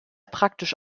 praktisch